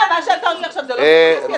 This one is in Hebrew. מה שאתה עושה עכשיו זה לא פופוליסטי?